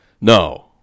No